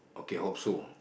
okay hope so